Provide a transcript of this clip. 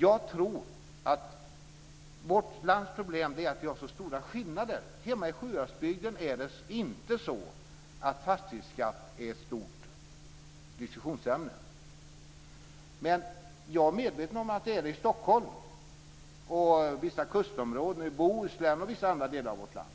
Jag tror att vårt lands problem är att här finns så stora skillnader. Hemma i Sjuhäradsbygden är inte fastighetsskatten ett stort diskussionsämne. Men jag är medveten om att den är det i Stockholm och i vissa kustområden, i Bohuslän och vissa andra delar av vårt land.